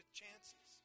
chances